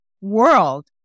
world